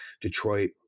Detroit